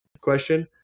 question